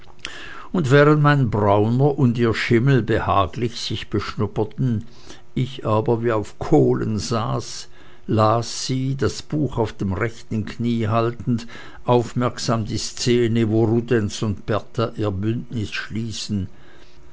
und während mein brauner und ihr schimmel behaglich sich beschnupperten ich aber wie auf kohlen saß las sie das buch auf dem rechten knie haltend aufmerksam die szene wo rudenz und berta ihr bündnis schließen